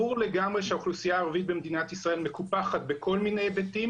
ברור לגמרי שהאוכלוסייה הערבית במדינת ישראל מקופחת בכל מיני היבטים